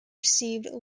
receive